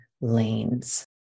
lanes